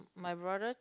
my brother